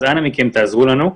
אז אנא מכם תעזרו לנו.